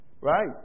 Right